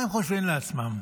מה הם חושבים לעצמם.